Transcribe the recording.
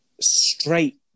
straight